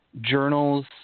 journals